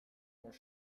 more